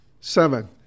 Seven